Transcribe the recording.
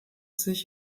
sich